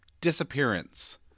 disappearance